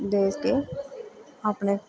ਦੇਖ ਕੇ ਆਪਣੇ